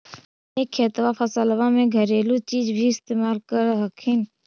अपने खेतबा फसल्बा मे घरेलू चीज भी इस्तेमल कर हखिन?